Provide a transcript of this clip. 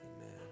Amen